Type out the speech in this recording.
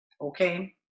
okay